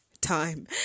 time